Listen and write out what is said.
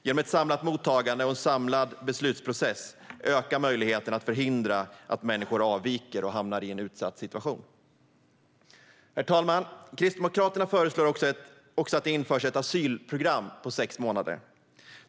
Genom ett samlat mottagande och en samlad beslutsprocess ökar möjligheten att förhindra att människor avviker och hamnar i en utsatt situation. Herr talman! Kristdemokraterna föreslår också att det införs ett asylprogram på sex månader.